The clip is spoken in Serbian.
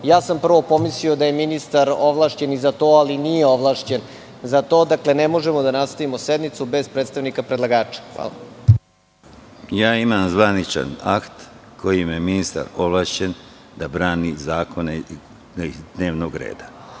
Ja sam prvo pomislio da je ministar ovlašćen za to, ali nije ovlašćen za to. Dakle, ne možemo da nastavimo sednicu bez predstavnika predlagača. Hvala. **Konstantin Arsenović** Ja imam zvaničan akt kojim je ministar ovlašćen da brani zakone iz dnevnog reda.